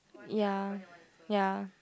ya ya